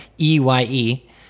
E-Y-E